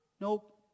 Nope